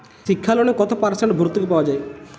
শিক্ষা লোনে কত পার্সেন্ট ভূর্তুকি পাওয়া য়ায়?